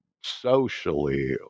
socially